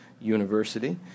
University